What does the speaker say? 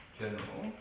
general